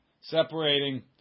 separating